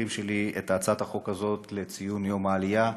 שלי את הצעת החוק הזאת לציון יום העלייה.